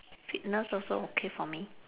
fitness also okay for me